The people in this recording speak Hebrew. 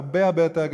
הרבה הרבה יותר גדולים.